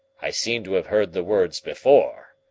i seem to have heard the words before.